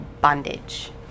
bondage